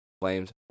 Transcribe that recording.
Flames